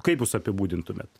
kaip jūs apibūdintumėt